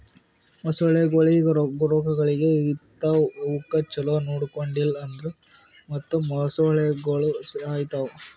ಮೊಸಳೆಗೊಳಿಗ್ ರೋಗಗೊಳ್ ಬರ್ತಾವ್ ಅವುಕ್ ಛಲೋ ನೊಡ್ಕೊಂಡಿಲ್ ಅಂದುರ್ ಮತ್ತ್ ಮೊಸಳೆಗೋಳು ಸಾಯಿತಾವ್